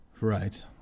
Right